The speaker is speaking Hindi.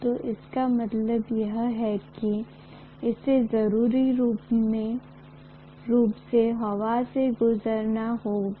तो इसका मतलब है कि इसे जरूरी रूप से हवा से गुजरना होगा